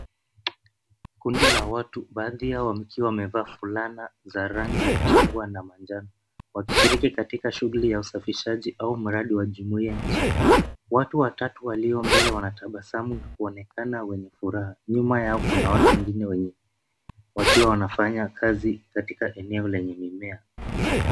Kundi la watu, baadhi yao wakiwa wamevaa fulana za rangi ya chungwa na manjano, wakishiriki katika shughuli ya usafishaji au mradi wa jumuiya ya nchi. Watu watatu walio mbele wanatabasamu na kuonekana wenye furaha. Nyuma yao kuna watu wengine wenye wakiwa wanafanya kazi katika eneo lenye mimea.